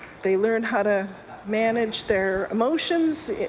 they learn how to manage their emotions.